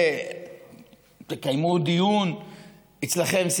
ותקיימו דיון אצלכם,